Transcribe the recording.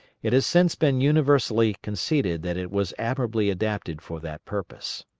it has since been universally conceded that it was admirably adapted for that purpose.